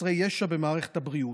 בחסרי ישע במערכת הבריאות,